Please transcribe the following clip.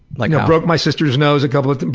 like broke my sister's nose a couple of times,